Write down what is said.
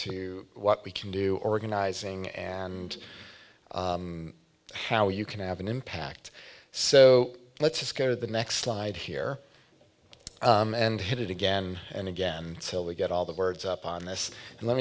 to what we can do organizing and how you can have an impact so let's just go to the next slide here and hit it again and again until we get all the words up on this and let